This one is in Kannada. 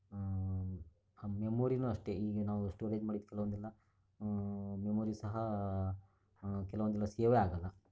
ಮೆಮೊರಿನು ಅಷ್ಟೇ ಈಗ ನಾವು ಸ್ಟೋರೇಜ್ ಮಾಡಿದ ಕೆಲವೊಂದೆಲ್ಲ ಮೆಮೊರಿ ಸಹ ಕೆಲವೊಂದೆಲ್ಲ ಸೇವೆ ಆಗಲ್ಲ